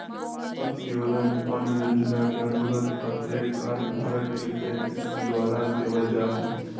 अंत्योदय अन्न योजना के अंतर्गत प्रत्येक कार्ड धारक के पैंतीस किलो अनाज देवल जाहई